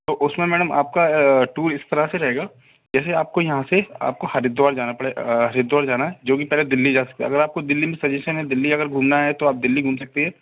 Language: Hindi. तो उसमें मैडम आपका टूर इस तरह से रहेगा जैसे आपको यहाँ से आपको हरिद्वार जाना पड़ेगा हरिद्वार जाना है जो की पहले दिल्ली जा सक अगर आपको दिल्ली में सजेसन है दिल्ली अगर घूमना है तो आप दिल्ली घूम सकती हैं